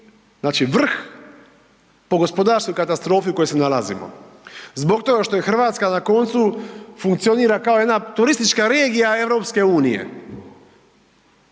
znači vrh po gospodarskoj katastrofi u kojoj se nalazimo zbog toga što je RH na koncu funkcionira kao jedna turistička regija EU jer